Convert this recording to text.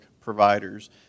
providers